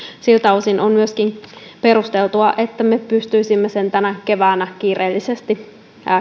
siltä osin on myöskin perusteltua että me pystyisimme sen tänä keväänä kiireellisesti